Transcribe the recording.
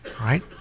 right